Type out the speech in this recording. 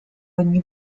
ogni